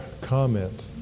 comment